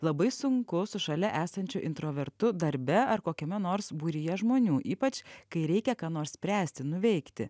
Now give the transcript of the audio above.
labai sunku su šalia esančiu introvertu darbe ar kokiame nors būryje žmonių ypač kai reikia ką nors spręsti nuveikti